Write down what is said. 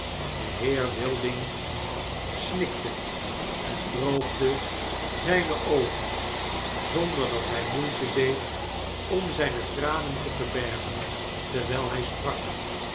de heer wilding snikte en droogde zyne oogen zonder dat hy moeite deed om zyne tranen te verbergen terwrjl hy sprak